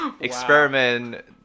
Experiment